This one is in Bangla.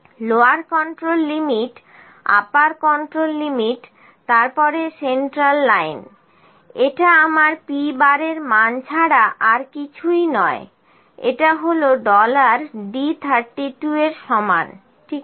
lower control limit upper control limit তারপর সেন্ট্রাল লাইন এটা আমার p এর মান ছাড়া আর কিছুই নয় এটা হল ডলার D 32 এর সমান ঠিক আছে